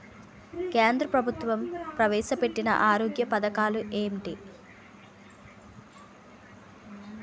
కేంద్ర ప్రభుత్వం ప్రవేశ పెట్టిన ఆరోగ్య పథకాలు ఎంటి?